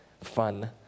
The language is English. fun